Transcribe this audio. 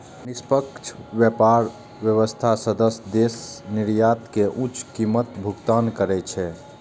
निष्पक्ष व्यापार व्यवस्थाक सदस्य देश निर्यातक कें उच्च कीमतक भुगतान करै छै